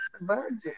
virgin